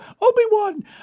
Obi-Wan